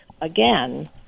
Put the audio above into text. again